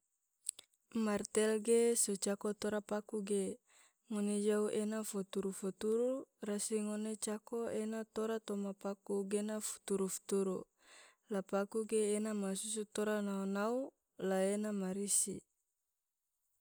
martel ge su cako tora paku ge, ngone jau ene foturu-foturu, rasi ngone cako ena tora toma paku gena foturu-foturu, la paku ge ena masusu tora nao-nau la ena marisi.